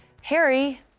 Harry